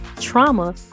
trauma